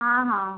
ହଁ ହଁ